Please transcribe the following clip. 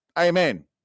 Amen